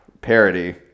parody